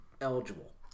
eligible